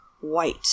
white